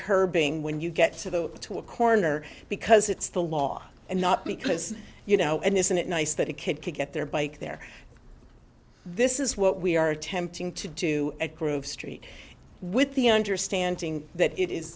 curbing when you get to the up to a corner because it's the law and not because you know and isn't it nice that a kid could get their bike there this is what we are attempting to do at group st with the understanding that it is